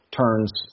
turns